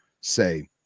say